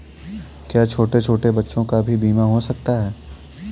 क्या छोटे छोटे बच्चों का भी बीमा हो सकता है?